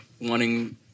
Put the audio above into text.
wanting